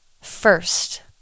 first